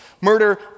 Murder